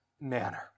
manner